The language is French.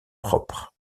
propres